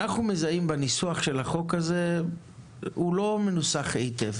החוק הזה לא מנוסח היטב